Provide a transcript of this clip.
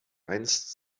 einst